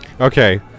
okay